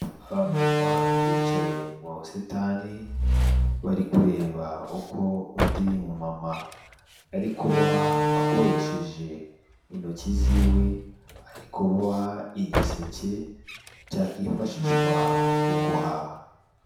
Aba mama bicaye mu busitani , bari kureba uko undi mama arikuboha akoresheje intoki ziwe, ari kuboha igiseke cyakifashishwa mu guhaha.